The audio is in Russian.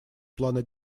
плана